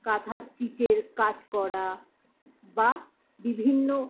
কাঁথা স্টিচের কাজ করা বা বিভিন্ন